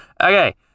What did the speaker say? Okay